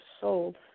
sold